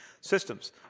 systems